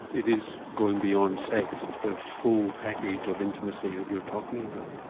it is going beyond sex, it's the full package of intimacy that you were talking about?